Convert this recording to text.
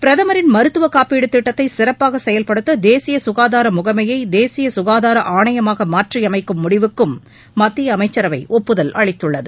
பிரதமரின் மருத்துவக் காப்பீடு திட்டத்தை சிறப்பாக செயல்படுத்த தேசிய சுகாதார முகமையை தேசிய சுகாதார ஆணையமாக மாற்றி அமைக்கும் முடிவுக்கும் மத்திய அமைச்சரவை ஒப்புதல் அளித்துள்ளது